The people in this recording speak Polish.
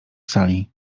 sali